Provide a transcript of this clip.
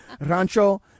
Rancho